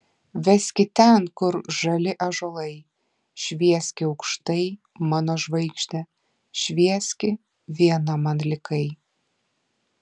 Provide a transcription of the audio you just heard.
veski ten kur žali ąžuolai švieski aukštai mano žvaigžde švieski viena man likai